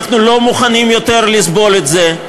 אנחנו לא מוכנים יותר לסבול את זה.